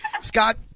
Scott